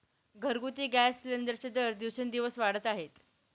घरगुती गॅस सिलिंडरचे दर दिवसेंदिवस वाढत आहेत